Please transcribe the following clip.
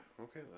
Okay